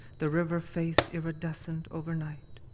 the river-face iridescent overnight.